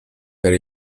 per